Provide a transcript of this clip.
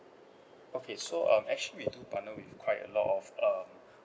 okay so um actually we do partner with quite a lot of uh